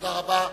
תודה רבה.